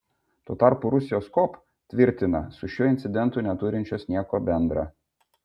tuo tarpu rusijos kop tvirtina su šiuo incidentu neturinčios nieko bendra